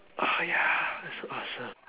ah ya so awesome